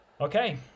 Okay